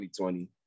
2020